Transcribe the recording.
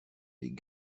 les